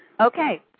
Okay